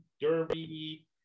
Derby